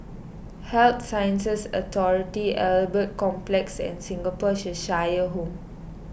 Health Sciences Authority Albert Complex and Singapore Cheshire Home